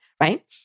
right